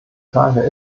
frage